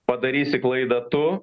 padarysi klaidą tu